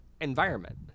environment